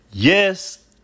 Yes